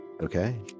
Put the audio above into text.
Okay